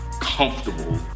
comfortable